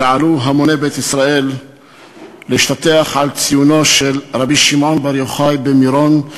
יעלו המוני בית ישראל להשתטח על ציונו של רבי שמעון בר יוחאי במירון,